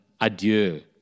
adieu